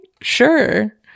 sure